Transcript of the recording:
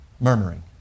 murmuring